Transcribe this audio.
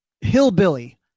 hillbilly